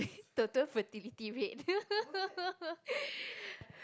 total fertility rate